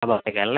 അപ്പം അല്ലേ